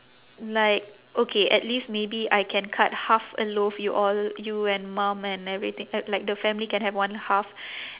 like okay at least maybe I can cut half a loaf you all you and mum and everything uh like the family can have one half